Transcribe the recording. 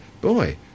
boy